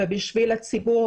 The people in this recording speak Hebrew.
ובשביל הציבור,